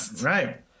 Right